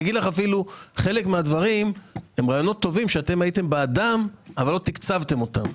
חלק מהדברים הם רעיונות טובים שאתם הייתם בעדם אבל לא תקצבתם אותם.